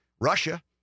Russia